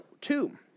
two